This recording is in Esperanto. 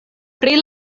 pri